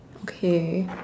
okay